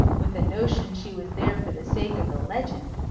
with a notion she was there for the sake of the legend,